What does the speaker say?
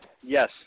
Yes